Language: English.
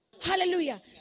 Hallelujah